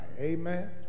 Amen